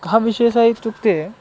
कः विशेषः इत्युक्ते